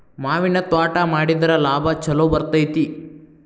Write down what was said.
ಮಾವಿನ ತ್ವಾಟಾ ಮಾಡಿದ್ರ ಲಾಭಾ ಛಲೋ ಬರ್ತೈತಿ